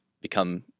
become